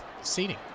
seating